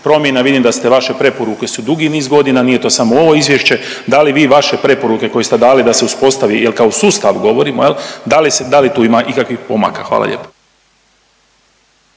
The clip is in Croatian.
promjena, vidim da ste vaše preporuke su dugi niz godina, nije to samo ovo Izvješće, da li vi vaše preporuke koje ste dali da se uspostavi, je li, kao sustav govorimo, da li tu ima ikakvih pomaka? Hvala lijepo.